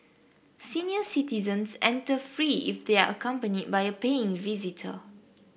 senior citizens enter free if they are accompanied by a paying visitor